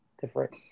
different